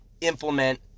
implement